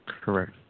Correct